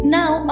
Now